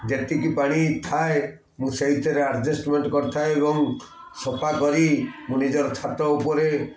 ଯେତିକି ପାଣି ଥାଏ ମୁଁ ସେଇଥିରେ ଆଡ଼ଜଷ୍ଟମେଣ୍ଟ କରିଥାଏ ଏବଂ ସଫା କରି ମୁଁ ନିଜର ଛାତ ଉପରେ